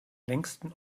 längsten